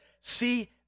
See